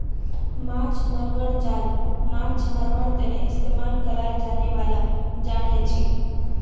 माछ मरवार जाल माछ मरवार तने इस्तेमाल कराल जाने बाला जाल हछेक